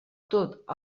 tot